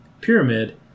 Pyramid